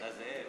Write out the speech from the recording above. נא לצלצל.